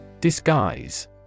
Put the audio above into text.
Disguise